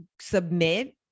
submit